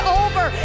over